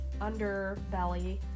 underbelly